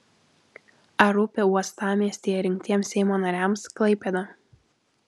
ar rūpi uostamiestyje rinktiems seimo nariams klaipėda